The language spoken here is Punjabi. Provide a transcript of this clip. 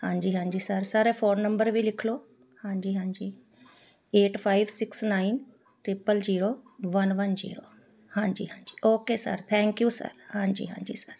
ਹਾਂਜੀ ਹਾਂਜੀ ਸਰ ਸਰ ਆਹ ਫੋਨ ਨੰਬਰ ਵੀ ਲਿਖ ਲਉ ਹਾਂਜੀ ਹਾਂਜੀ eight five six nine triple zero one one zero ਹਾਂਜੀ ਹਾਂਜੀ okay sir thank you sir ਹਾਂਜੀ ਹਾਂਜੀ ਸਰ